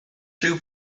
rhyw